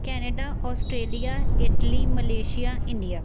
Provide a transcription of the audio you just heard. Canada Australia Italy Malaysia India